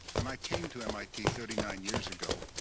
when i came to mit thirty nine years ago,